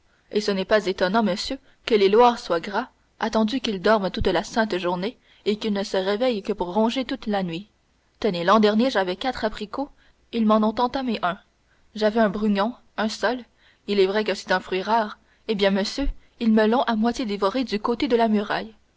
et ce n'est pas étonnant monsieur que les loirs soient gras attendu qu'ils dorment toute la sainte journée et qu'ils ne se réveillent que pour ronger toute la nuit tenez l'an dernier j'avais quatre abricots ils m'en ont entamé un j'avais un brugnon un seul il est vrai que c'est un fruit rare eh bien monsieur ils me l'ont à moitié dévoré du côté de la muraille